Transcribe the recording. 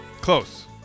Close